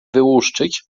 wyłuszczyć